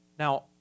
Now